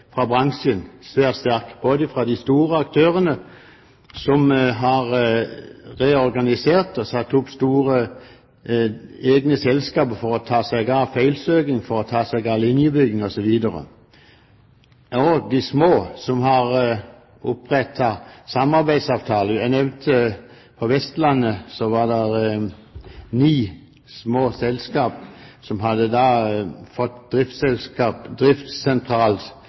fra bransjen mot å innføre den svært sterk, både fra de store aktørene, som har reorganisert og bygd opp store egne selskaper for å ta seg av feilsøking, for å ta seg av linjebygging, osv., og også fra de små aktørene som har inngått samarbeidsavtaler. Jeg nevnte at på Vestlandet var det ni små selskaper som hadde fått